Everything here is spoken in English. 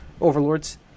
overlords